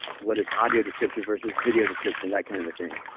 what is audio description versus video description, that kind of of thing.